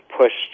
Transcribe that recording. pushed